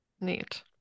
neat